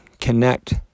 connect